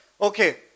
Okay